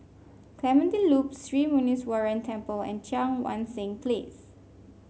Clementi Loop Sri Muneeswaran Temple and Cheang Wan Seng Place